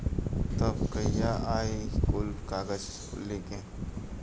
तब कहिया आई कुल कागज़ लेके?